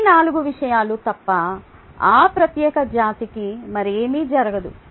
ఈ నాలుగు విషయాలు తప్ప ఆ ప్రత్యేక జాతికి మరేమీ జరగదు